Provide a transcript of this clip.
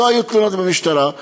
לא היו תלונות במשטרה.